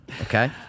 Okay